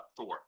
Thor